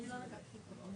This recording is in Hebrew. להתחייב עבור מה?